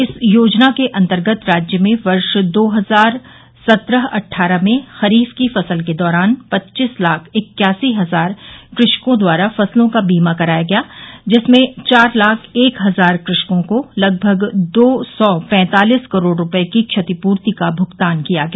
इस योजना के अन्तर्गत राज्य में वर्ष दो हजार सत्रह अटठारह में खरीफ की फसल के दौरान पच्चीस लाख इक्यासी हजार कृषकों द्वारा फसलों का बीमा कराया गया जिसमें चार लाख एक हजार कृषकों को लगभग दो सौ पैंतालिस करोड़ रूपये की क्षतिपूर्ति का भुगतान किया गया